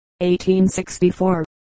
1864